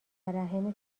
رحم